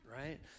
right